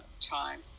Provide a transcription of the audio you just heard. time